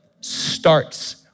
starts